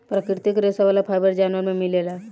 प्राकृतिक रेशा वाला फाइबर जानवर में मिलेला